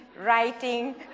Writing